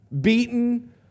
beaten